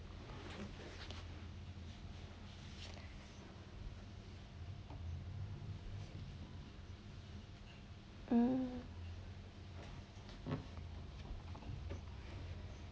mm